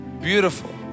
beautiful